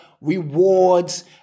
Rewards